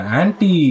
anti